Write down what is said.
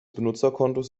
benutzerkontos